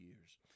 years